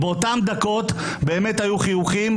באותן דקות היו חיוכים,